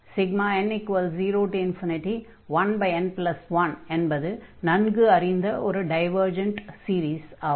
n01n1 என்பது நன்கு அறிந்த ஒரு டைவர்ஜன்ட் சீரீஸ் ஆகும்